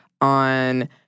on